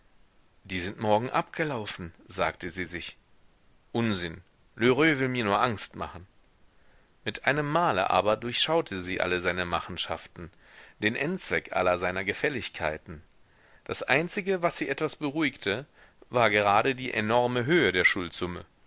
die sind morgen abgelaufen sagte sie sich unsinn lheureux will mir nur angst machen mit einem male aber durchschaute sie alle seine machenschaften den endzweck aller seiner gefälligkeiten das einzige was sie etwas beruhigte war gerade die enorme höhe der